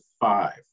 five